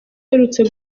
uherutse